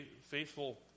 faithful